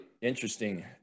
interesting